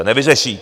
Nevyřeší.